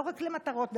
לא רק למטרות דתיות,